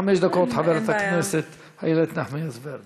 חמש דקות, חברת הכנסת איילת נחמיאס ורבין.